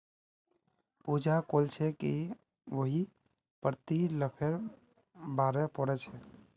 पूजा कोहछे कि वहियं प्रतिफलेर बारे पढ़ छे